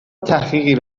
تحقیقی